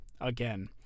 Again